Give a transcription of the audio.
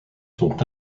sont